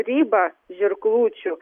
ribą žirklučių